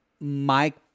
Mike